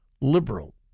liberal